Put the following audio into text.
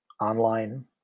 online